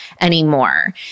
anymore